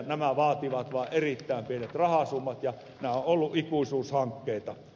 nämä vaativat vain erittäin pienet rahasummat ja nämä ovat olleet ikuisuushankkeita